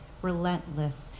Relentless